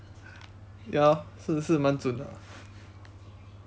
ya lor 是是蛮准 ah